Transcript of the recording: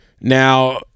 Now